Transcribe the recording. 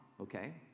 Okay